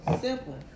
simple